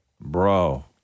bro